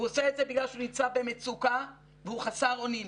הוא עושה את זה בגלל שהוא נמצא במצוקה והוא חסר אונים,